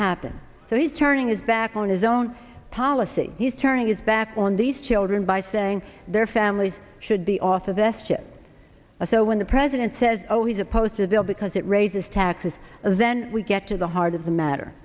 happen so he's turning his back on his own policy he's turning his back on these children by saying their families should be off of this shit so when the president says oh he's opposed to the bill because it raises taxes then we get to the heart of the matter